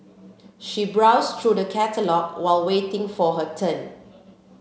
she browsed through the catalogue while waiting for her turn